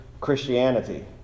Christianity